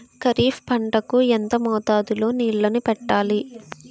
ఖరిఫ్ పంట కు ఎంత మోతాదులో నీళ్ళని పెట్టాలి?